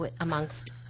amongst